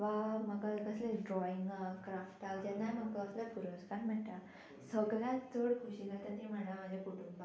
वा म्हाका कसले ड्रॉइंगाक क्राफ्टाक जेन्नाय म्हाका कसले पुरस्कार मेळटा सगळ्यांत चड खोशी जाती म्हणटा म्हाज्या कुटुंबाक